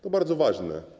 To bardzo ważne.